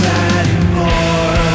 anymore